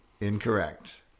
Incorrect